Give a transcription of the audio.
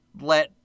let